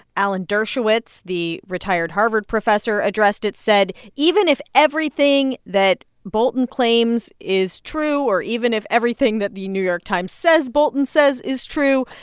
alan dershowitz, the retired harvard professor, addressed it said even if everything that bolton claims is true or even if everything that the new york times says bolton says is true,